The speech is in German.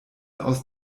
aus